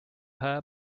her